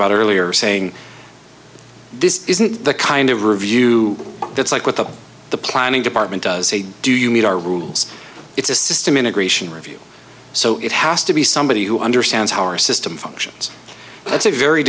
about earlier saying this isn't the kind of review that's like what the the planning department does say do you meet our rules it's a system integration review so it has to be somebody who understands how our system functions